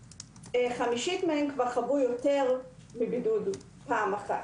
וחמישית מהם חוו בידוד יותר מפעם אחת.